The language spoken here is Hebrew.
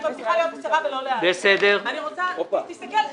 אני קורא לך לסדר פעם שנייה.